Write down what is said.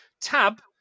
TAB